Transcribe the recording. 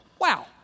wow